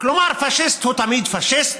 כלומר פאשיסט הוא תמיד פאשיסט,